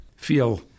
feel